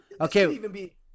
Okay